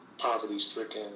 poverty-stricken